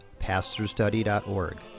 pastorstudy.org